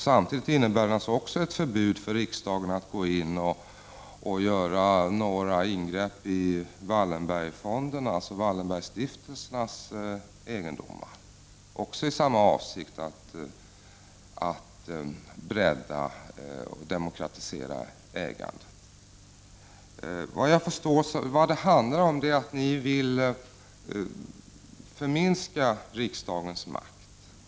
Samtidigt innebär det naturligtvis också ett förbud för riksdagen att gå in och göra några ingrepp i Wallenbergsfonden, dvs. Wallenbergsstiftelsernas egendomar, också i samma avsikt att bredda och demokratisera ägandet. Vad det handlar om är att ni vill förminska riksdagens makt.